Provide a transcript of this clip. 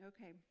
Okay